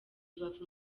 rubavu